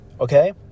okay